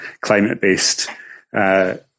climate-based